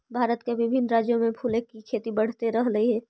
भारत के विभिन्न राज्यों में फूलों की खेती बढ़ते रहलइ हे